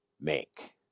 make